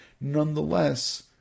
Nonetheless